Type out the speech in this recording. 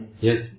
Yes